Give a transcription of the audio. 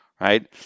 right